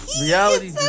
Reality